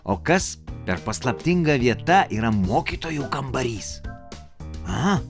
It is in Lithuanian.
o kas per paslaptinga vieta yra mokytojų kambarys